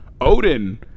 Odin